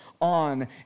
on